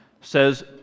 says